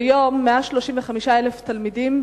כיום 135,000 תלמידים,